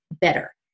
better